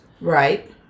Right